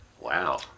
Wow